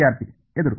ವಿದ್ಯಾರ್ಥಿ ಎದುರು